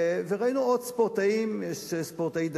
ואני מברך אותה על כך,